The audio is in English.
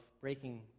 breaking